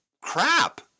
crap